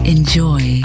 Enjoy